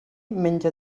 menja